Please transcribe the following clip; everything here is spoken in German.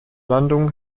landung